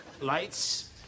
Lights